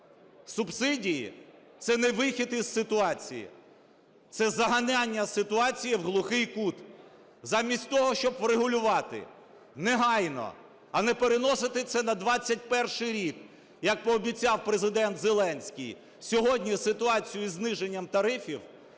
Субсидії – це не вихід із ситуації, це заганяння ситуації в глухий кут. Замість того, щоб врегулювати негайно, а не переносити це на 2021 рік, як пообіцяв Президент Зеленський, сьогодні ситуацію зі зниженням тарифів